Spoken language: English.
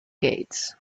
gates